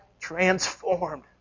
transformed